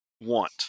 want